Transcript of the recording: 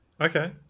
Okay